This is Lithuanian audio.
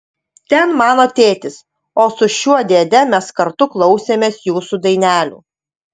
ten mano tėtis o su šiuo dėde mes kartu klausėmės jūsų dainelių